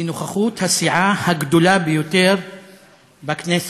היא הסיעה הגדולה ביותר בכנסת: